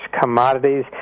commodities